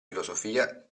filosofia